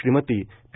Shrimati P